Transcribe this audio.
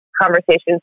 conversations